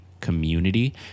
community